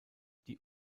die